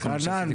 חנן,